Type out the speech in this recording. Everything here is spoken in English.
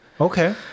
okay